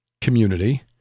community